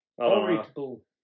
Horrible